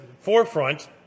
forefront